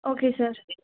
okay sir